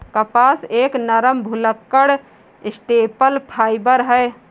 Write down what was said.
कपास एक नरम, भुलक्कड़ स्टेपल फाइबर है